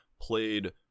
played